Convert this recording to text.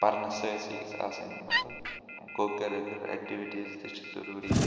پرنَس سۭتۍ سۭتۍ گژھِ آسٕنۍ مطلب کوکیٛوٗلَر ایکٹیٛوٗٹیٖز تہِ چھِ ضروٗری